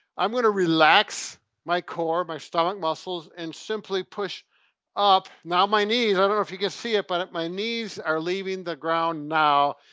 i'm gonna relax my core, my stomach muscles, and simply push up. now my knees, i don't know if you can see it, but my knees are leaving the ground now,